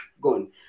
gone